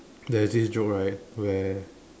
there's this joke right where